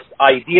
idea